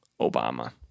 Obama